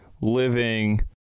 living